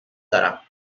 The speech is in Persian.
دارم